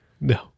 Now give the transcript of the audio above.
No